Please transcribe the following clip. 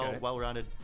well-rounded